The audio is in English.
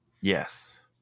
Yes